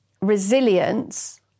resilience